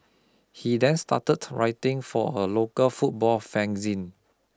he then started writing for a local football fanzine